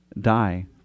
die